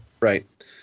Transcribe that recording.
Right